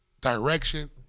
direction